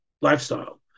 lifestyle